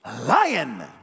lion